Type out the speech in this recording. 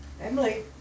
Emily